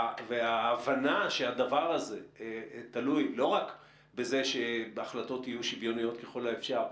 וההבנה שהדבר הזה תלוי לא רק בזה שהחלטות יהיו שוויוניות ככל האפשר,